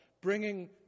bringing